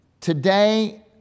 Today